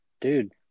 dude